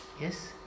Yes